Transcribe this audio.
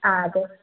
ആ അതെ